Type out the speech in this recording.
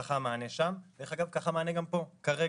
ככה המענה שם, דרך אגב ככה המענה גם פה, כרגע.